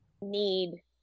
need